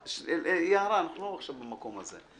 יערה, אנחנו לא עכשיו במקום הזה.